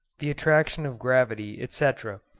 the attraction of gravity, etc,